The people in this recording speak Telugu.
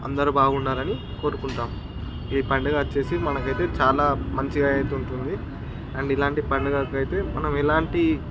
అందరు బాగుండాలని కోరుకుంటాం ఈ పండుగ వచ్చి మనకైతే చాలా మంచిగా అవుతుంది అండ్ ఇలాంటి పండుగలకు అయితే మనం ఎలాంటి